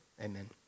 amen